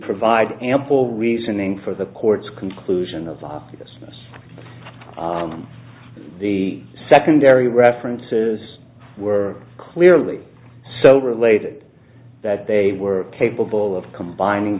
provide ample reasoning for the court's conclusion of the obvious the secondary references were clearly so related that they were capable of combining